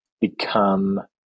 become